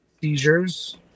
Seizures